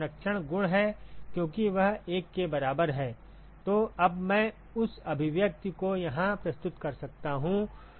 वह संरक्षण गुण है क्योंकि वह 1 के बराबर है तो अब मैं उस अभिव्यक्ति को यहाँ प्रस्तुत कर सकता हूँ